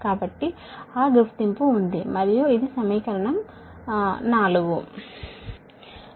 కాబట్టి ఆ గుర్తింపు ఉంది మరియు ఇది సమీకరణం 4 సరైనది